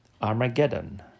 Armageddon